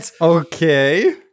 Okay